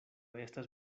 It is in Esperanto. estas